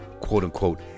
quote-unquote